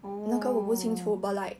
oh